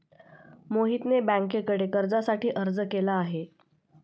मोहितने बँकेकडे कर्जासाठी अर्ज केला आहे